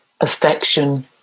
affection